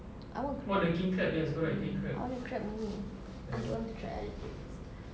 I want crab I want the crab oh I don't want to try other things